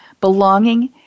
belonging